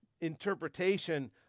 interpretation